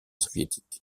soviétique